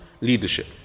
leadership